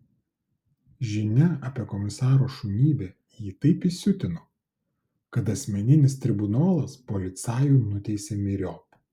žinia apie komisaro šunybę jį taip įsiutino kad asmeninis tribunolas policajų nuteisė myriop